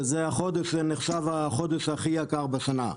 שזה נחשב החודש הכי יקר בשנה.